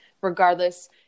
regardless